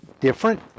different